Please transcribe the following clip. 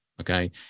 okay